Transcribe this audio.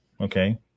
Okay